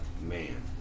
Man